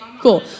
Cool